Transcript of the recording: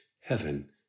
heaven